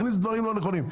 מכניס דברים לא נכונים.